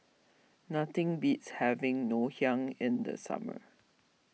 nothing beats having Ngoh Hiang in the summer